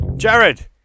Jared